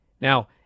Now